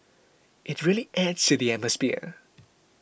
it really adds to the atmosphere